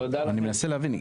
אני מנסה להבין.